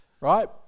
Right